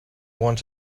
want